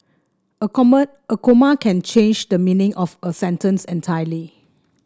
a comma can change the meaning of a sentence entirely